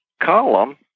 column